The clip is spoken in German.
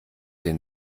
den